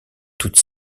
toutes